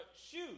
shoes